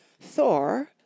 Thor